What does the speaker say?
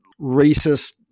racist